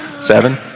Seven